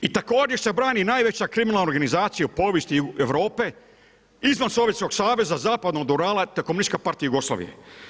I također se brani najveća kriminalna organizacija u povijesti Europe, izvan sovjetskog saveza zapadno od Urala, te komunistička partija Jugoslavije.